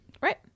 Right